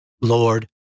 Lord